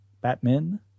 Batman